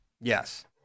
Yes